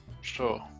sure